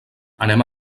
anem